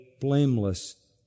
blameless